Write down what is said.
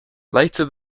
later